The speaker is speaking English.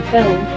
Film